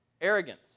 arrogance